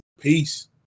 peace